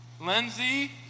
Lindsay